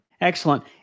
Excellent